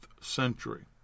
century